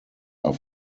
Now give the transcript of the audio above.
are